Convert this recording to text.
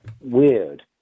weird